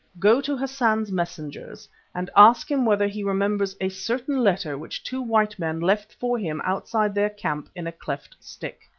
go to hassan's messengers and ask him whether he remembers a certain letter which two white men left for him outside their camp in a cleft stick.